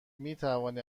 میتوانید